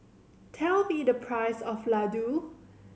tell me the price of Ladoo